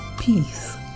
peace